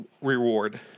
reward